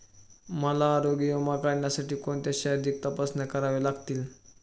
मला आरोग्य विमा काढण्यासाठी कोणत्या शारीरिक तपासण्या कराव्या लागतील?